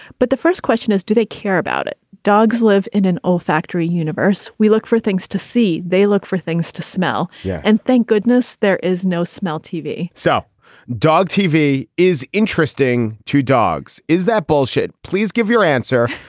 but the first question is, do they care about it? dogs live in an olfactory universe. we look for things to see. they look for things to smell. yeah and thank goodness. there is no male tv, so dog tv is interesting to dogs. is that bullshit? please give your answer.